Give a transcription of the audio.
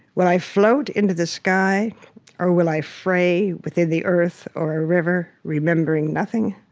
will i float into the sky or will i fray within the earth or a river remembering nothing?